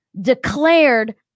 declared